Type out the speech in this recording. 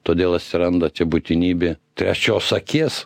todėl atsiranda čia būtinybė trečios akies